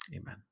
Amen